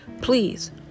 Please